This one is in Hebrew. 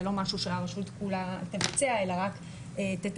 זה לא משהו שהרשות כולה תבצע אלא תתכלל,